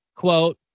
quote